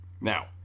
now